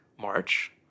march